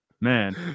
man